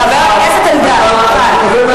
חבר הכנסת אלדד, חבל.